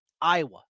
Iowa